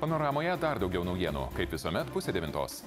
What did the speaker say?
panoramoje dar daugiau naujienų kaip visuomet pusę devintos